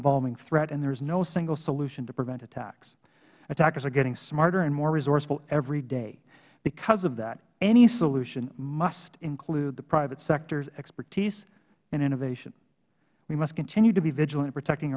evolving threat and there is no single solution to prevent attacks attackers are getting smarter and more resourceful every day because of that any solution must include the private sector's expertise and innovation we must continue to be vigilant in protecting